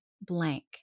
blank